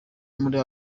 muri